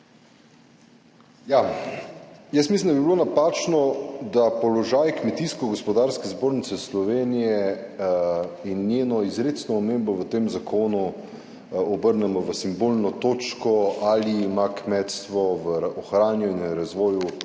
Jaz mislim, da bi bilo napačno, da položaj Kmetijsko gospodarske zbornice Slovenije in njeno izrecno omembo v tem zakonu obrnemo v simbolno točko, ali ima kmetstvo v ohranjanju in razvoju